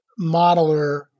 modeler